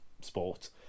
sport